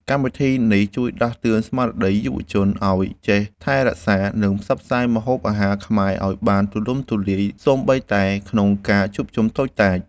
កម្មវិធីនេះជួយដាស់តឿនស្មារតីយុវជនឱ្យចេះថែរក្សា និងផ្សព្វផ្សាយម្ហូបអាហារខ្មែរឱ្យបានទូលំទូលាយសូម្បីតែក្នុងការជួបជុំតូចតាច។